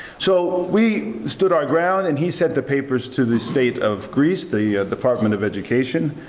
so we stood our ground and he sent the papers to the state of greece, the department of education,